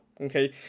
okay